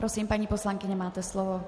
Prosím, paní poslankyně, máte slovo.